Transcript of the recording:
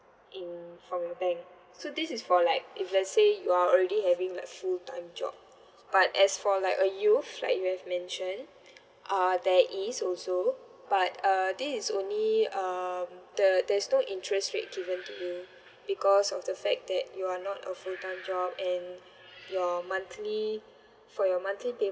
in from your bank so this is for like if let say you are already having like full time job but as for like a youth like you have mentioned uh there is also but uh this is only um the there's no interest rate given to you because of the fact that you are not a full time job and your monthly for your monthly